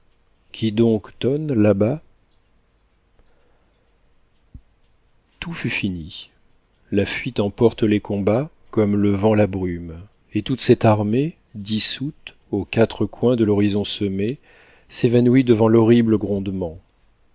qui donc tonne là-bas tout fut fini la fuite emporte les combats comme le vent la brume et toute cette armée dissoute aux quatre coins de l'horizon semée s'évanouit devant l'horrible grondement